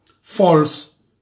false